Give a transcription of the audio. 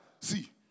See